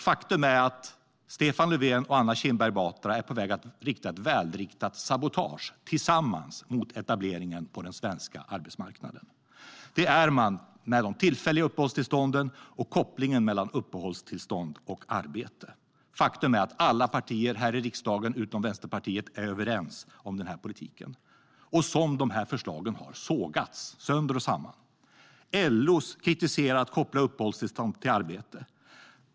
Faktum är att Stefan Löfven och Anna Kinberg Batra tillsammans är på väg att rikta ett välriktat sabotage mot etableringen på den svenska arbetsmarknaden. Det gäller de tillfälliga uppehållstillstånden och kopplingen mellan uppehållstillstånd och arbete. Faktum är att alla partier här i riksdagen utom Vänsterpartiet är överens om denna politik. Dessa förslag har sågats sönder och samman. LO har kritiserat att man ska koppla uppehållstillstånd till arbete.